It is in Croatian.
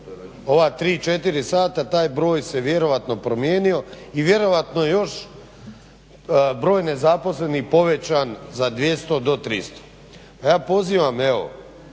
ova 3,4 sata taj broj se vjerojatno promijenio i vjerojatno još broj nezaposlenih povećan za 200 do 300. Ja pozivam i